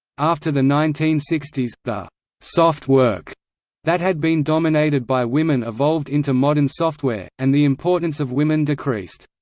after the nineteen sixty s, the soft work that had been dominated by women evolved into modern software, and the importance of women decreased.